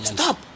Stop